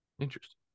Interesting